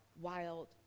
wild